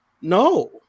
No